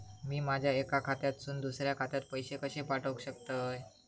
मी माझ्या एक्या खात्यासून दुसऱ्या खात्यात पैसे कशे पाठउक शकतय?